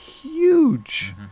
Huge